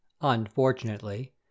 Unfortunately